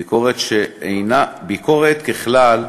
ביקורת, ככלל,